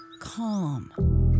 Calm